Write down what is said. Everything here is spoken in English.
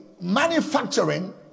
manufacturing